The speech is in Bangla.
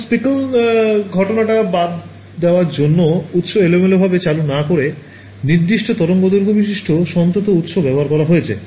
এখন speckle ঘটনা টা বাদ দেওয়ার জন্য উৎস এলোমেলো ভাবে চালু না করে নির্দিষ্ট তরঙ্গ দৈর্ঘ্য বিশিষ্ট সন্তত উৎস ব্যাবহার করা হয়েছে